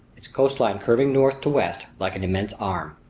its coastline curving north to west like an immense arm.